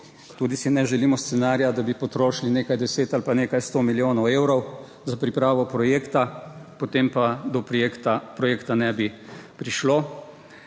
tudi si ne želimo scenarija, da bi potrošili nekaj 10 ali nekaj 100 milijonov evrov za pripravo projekta, potem pa do projekta, projekta ne bi prišlo.